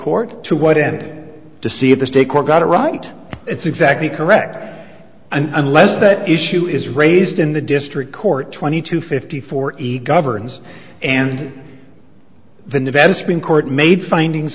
court to what and to see if the state court got it right it's exactly correct and unless that issue is raised in the district court twenty two fifty forty governs and the defense being court made findings